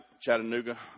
Chattanooga